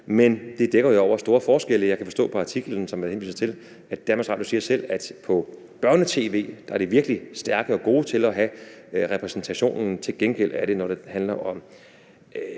men det dækker jo over store forskelle. Jeg kan forstå på artiklen, som der henvises til, at DR selv siger, at i børne-tv er de virkelig stærke og gode til repræsentation. Til gengæld er det, når det handler om